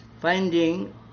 finding